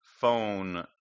phone